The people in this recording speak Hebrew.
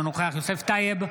אינו נוכח יוסף טייב,